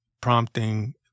prompting